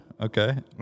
Okay